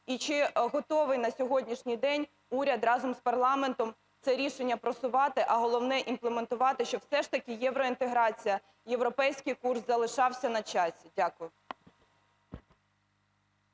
І чи готовий на сьогоднішній день уряд разом з парламентом це рішення просувати, а головне - імплементувати, щоб все ж таки євроінтеграція, європейський курс залишався на часі? Дякую.